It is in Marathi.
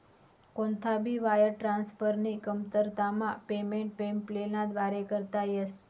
कोणता भी वायर ट्रान्सफरनी कमतरतामा पेमेंट पेपैलना व्दारे करता येस